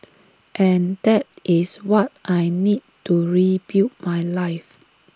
and that is what I need to rebuild my life